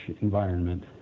environment